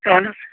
اَہَن حظ